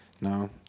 No